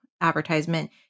advertisement